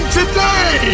today